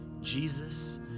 Jesus